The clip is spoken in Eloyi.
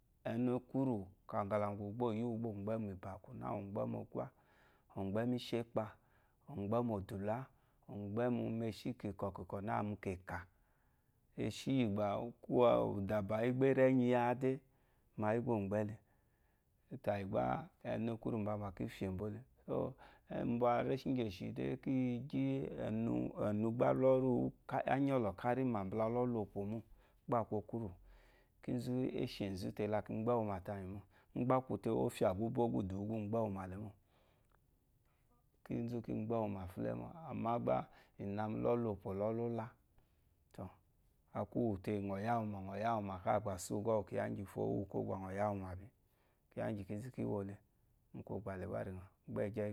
Ɛnu okwúrù, kaŋgalaŋgwù, gbá ò yí wu gbá ò mgbɛ́ mu ìbàkwù nâ ò mgbɛ́ mu ɔgbá, ò mgbɛ́ mu íshɛ́kpa, ò mgbɛ́ mu òdùlá, ò mgbɛ́ mu eshí kìkɔ̀ kìkɔ̀ nâ mu kɛkà. Eshí yì gbà ùdàbà yí gbà é rí ɛ̀nyí yí ǎ dé, ma yí gbá ò mgbɛ́ le. Tàyì gbá ɛnu ékwúrùmbambà kǐ fyè mbó le. réshí ŋgyèshì dé ɛ̀nu gbá á nyɔ́lɔ̀ kárí mà mbula lɔ́rí lopò mô, gbá a kwu okwúrù, kínzú, é shè nzú te la ki mgbɛ́ wu mà tayì mô. Ḿgbá a kwu te ɔ́fyà gbá ù bó gbá ú dù wu gbá u mgbɛ́ wu mà le mô, kínzú kíi mbɛ́ wu mà fɛ́ɛ́ mô, àmá gbá i na mu lɔ́rí lopò lɔ́rí lólá, tɔ̀, a kwu íyì te ŋɔ̀ yá wu mà, ŋɔ yá wu mà káa gbà sá ùgɔ́ úwù kyiya íŋgyìfo, gba ŋɔ yá wu mà. Kyiya íŋgyì kínzú kí wo le, mu kwɔgbà dɛ gbá ri ŋɔ̀ àwù gbɛ́ɛgyɛ.